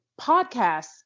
podcasts